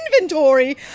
inventory